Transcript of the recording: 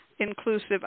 Inclusive